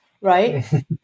right